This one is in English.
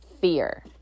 fear